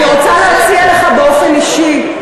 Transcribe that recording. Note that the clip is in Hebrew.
אני רוצה להציע לכם באופן אישי,